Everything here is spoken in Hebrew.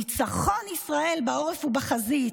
ניצחון ישראל בעורף ובחזית.